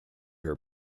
her